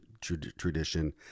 tradition